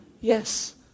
Yes